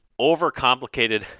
overcomplicated